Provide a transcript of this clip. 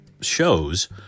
shows